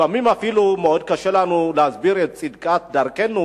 לפעמים אפילו מאוד קשה לנו להסביר את צדקת דרכנו